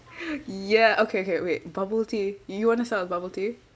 ya okay okay wait bubble tea you want to start with bubble tea